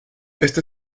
este